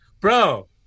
bro